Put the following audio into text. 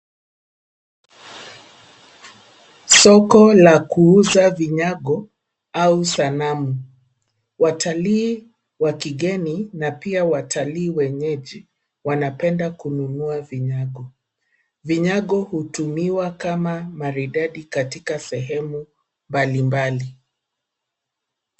Soko la kuuza vinyago au sanamu, watalii wa kigeni na pia watalii wenyeji wanapenda kununua vinyago. Vinyago hutumiwa kama maridadi katika sehemu mbali mbali.